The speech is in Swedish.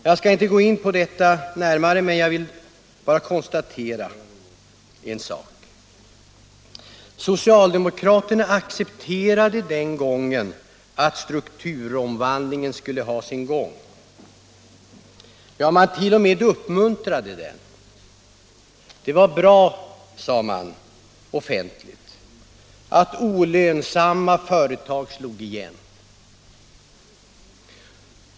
Jag skall inte närmare gå in på detta men vill dock konstatera en sak: socialdemokraterna accepterade den gången att strukturomvandlingen skulle ha sin gång. Ja, man t.o.m. uppmuntrade den. Det var bra — sade man offentligt — att olönsamma företag slog igen.